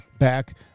back